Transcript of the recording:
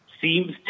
seems